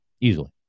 Easily